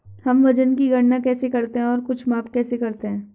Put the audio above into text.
हम वजन की गणना कैसे करते हैं और कुछ माप कैसे करते हैं?